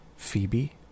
Phoebe